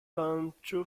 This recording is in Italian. lancio